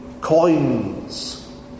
coins